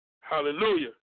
Hallelujah